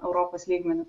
europos lygmeniu